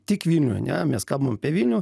tik vilniuj ane mes kalbam apie vilnių